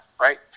right